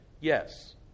Yes